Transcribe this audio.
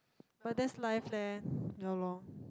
but that's life leh ya lor